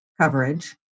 coverage